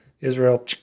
Israel